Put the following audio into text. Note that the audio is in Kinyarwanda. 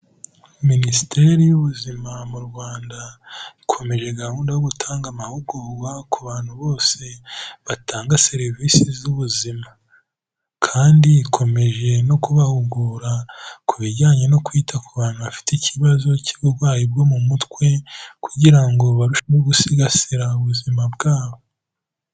Minisiteri y'ubuzima mu Rwanda, ikomeje gahunda yo gutanga amahugurwa ku bantu bose batanga serivisi z'ubuzima kandi ikomeje no kubahugura, ku bijyanye no kwita ku bantu bafite ikibazo cy'uburwayi bwo mu mutwe, kugira ngo barusheho gusigasira ubuzima bwabo.